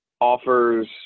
offers